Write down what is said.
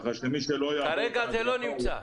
כרגע זה לא נמצא.